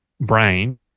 brain